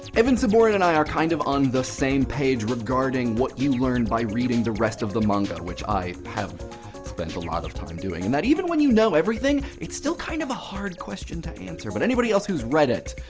evan sabourin and i are kind of on the same page regarding what you learn by reading the rest of the manga, which i have spent a lot of time doing, and that even when you know everything it's still kind of a hard question to answer. but anybody else who's read it,